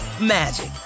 magic